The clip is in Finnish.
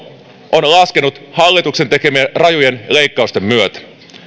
on laskenut hallituksen tekemien rajujen leikkausten myötä